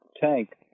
tank